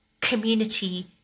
community